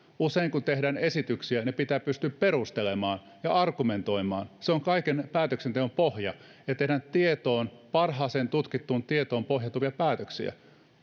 usein kun tehdään esityksiä ne pitää pystyä perustelemaan ja argumentoimaan se on kaiken päätöksenteon pohja että tehdään tietoon parhaaseen tutkittuun tietoon pohjautuvia päätöksiä